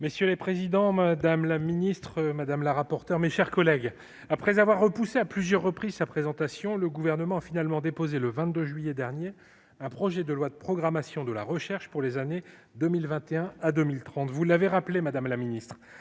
Monsieur le président, madame la ministre, mes chers collègues, après avoir repoussé à plusieurs reprises sa présentation, le Gouvernement a finalement déposé le 22 juillet dernier un projet de loi de programmation de la recherche pour les années 2021 à 2030. Vous l'avez rappelé, madame la ministre